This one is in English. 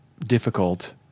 difficult